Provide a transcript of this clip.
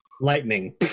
lightning